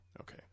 Okay